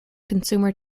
consumer